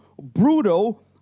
brutal